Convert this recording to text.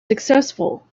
successful